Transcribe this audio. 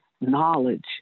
knowledge